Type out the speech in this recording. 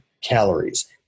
calories